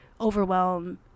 overwhelm